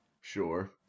Sure